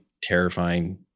terrifying